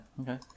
okay